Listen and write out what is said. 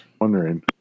Wondering